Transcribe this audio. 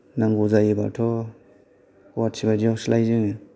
नांगौ जायोबाथ' गुवाहाटि बायदियावसो लायो जोङो